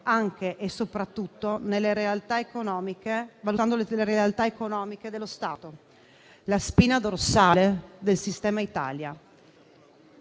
anche e soprattutto valutando le realtà economiche dello Stato, la spina dorsale del sistema Italia.